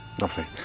lovely